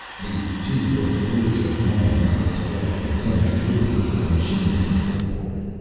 the two little groups of men knotted together in the center of the room, before the machine's control board.